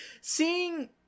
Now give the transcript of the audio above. seeing